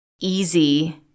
easy